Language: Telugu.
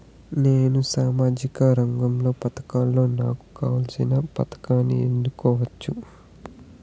నేను సామాజిక రంగ పథకాలలో నాకు కావాల్సిన పథకాన్ని ఎన్నుకోవచ్చా?